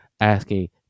asking